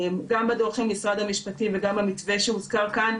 גם בדו"ח של משרד המשפטים וגם המתווה שהוזכר כאן,